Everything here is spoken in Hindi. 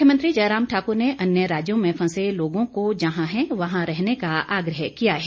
मुख्यमंत्री जयराम ठाकुर ने अन्य राजयों में फंसे लोगों को जहां है वहां रहने का आग्रह किया है